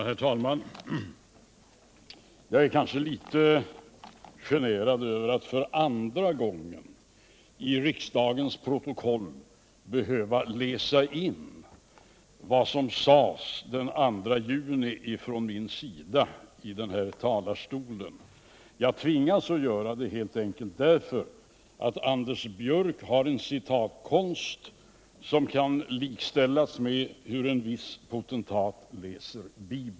Herr talman! Jag är kanske litet generad över att för andra gången i riksdagens protokoll behöva läsa in vad jag sade den 2 juni förra året i den här talarstolen. Jag tvingas göra det helt enkelt därför att Anders Björck har en citatkonst som kan likställas med hur en viss potentat läser Bibeln.